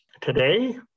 today